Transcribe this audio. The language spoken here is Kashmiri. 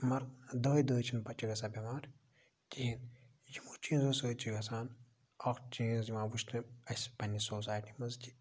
مگر دۄہَے دۄہَے چھِنہٕ بَچہٕ گَژھان بٮ۪مار کِہیٖنۍ یِمو چیٖزو سۭتۍ چھِ گَژھان اَکھ چیٖز یِوان وٕچھنہٕ اَسہِ پنٛنہِ سوسایٹی منٛز کہِ